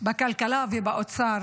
בכלכלה ובאוצר